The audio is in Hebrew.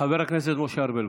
חבר הכנסת משה ארבל,